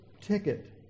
ticket